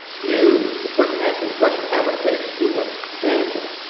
you, the person asking the question, have what it takes to do what dan did?